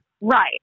right